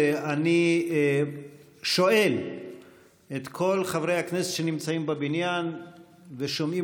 אני שואל את כל חברי הכנסת שנמצאים בבניין ושומעים